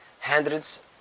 hundreds